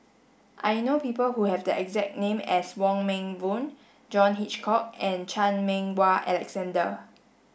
I know people who have the exact name as Wong Meng Voon John Hitchcock and Chan Meng Wah Alexander